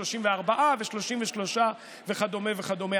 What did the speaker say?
34 ו-33 וכדומה וכדומה,